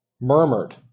murmured